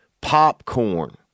Popcorn